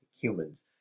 Humans